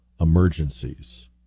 emergencies